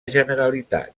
generalitat